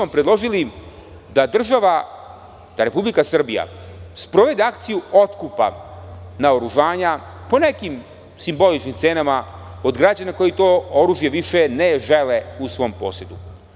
Predložili smo da Republika Srbija sprovede akciju otkupa naoružanja po nekim simboličnim cenama kod građana koji to oružje više ne žele u svom posedu.